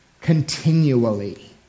continually